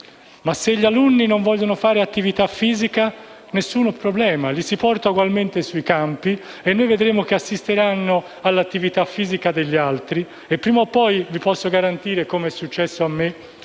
Ma se gli alunni non vogliono fare attività fisica? Nessun problema: li si porta ugualmente sui campi affinché assistano all'attività fisica degli altri e prima o poi - ve lo posso garantire, come è successo a me